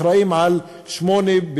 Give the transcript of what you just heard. אחראים ל-8%,